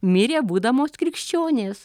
mirė būdamos krikščionės